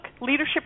leadership